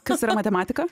kas yra matematika